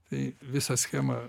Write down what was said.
tai visa schema